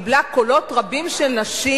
גם היא קיבלה קולות רבים של נשים